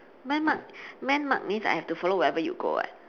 man mark man mark means I have to follow wherever you go [what]